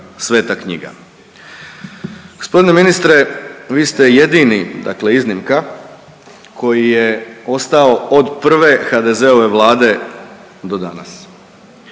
sveta knjiga.